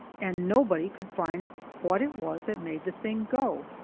and nobody could find what it was that made the thing go.